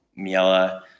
Miela